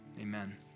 Amen